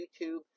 YouTube